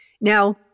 Now